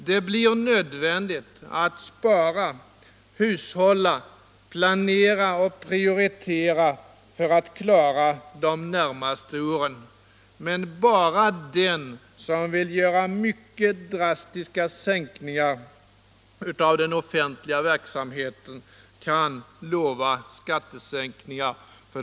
Det blir nödvändigt att spara, hushålla, planera och prioritera för att klara de närmaste åren och bara den som vill göra mycket drastiska nedskärningar av den offentliga verksamheten kan lova skattesänkningar.